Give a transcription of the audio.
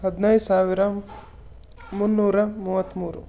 ಹದಿನೈದು ಸಾವಿರ ಮುನ್ನೂರ ಮೂವತ್ತ್ಮೂರು